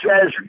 says